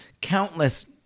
Countless